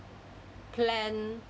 plan